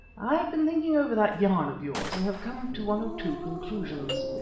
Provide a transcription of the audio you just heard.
i have been thinking over that yarn of yours and have come to one or two conclusions.